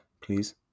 please